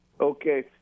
Okay